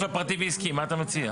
אם יש לו פרטי ועסקי מה אתה מציע?